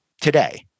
today